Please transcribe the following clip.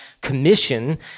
commission